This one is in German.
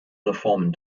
reformen